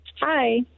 hi